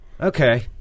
Okay